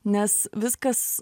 nes viskas